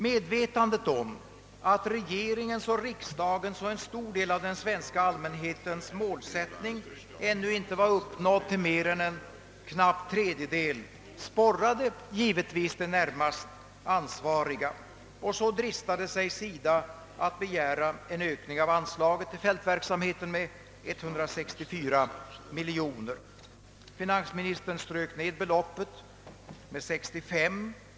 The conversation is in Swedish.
Medvetandet om att regeringens, riksdagens och en stor del av den svenska allmänhetens målsättning ännu inte var uppnådd mer än till en knapp tredjedel sporrade givetvis de närmast an svariga. SIDA dristade sig att begära en Ökning av anslaget till fältverksamheten med 164 miljoner kronor. Finansministern skar ned beloppet med 65 miljoner kronor.